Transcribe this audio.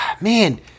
man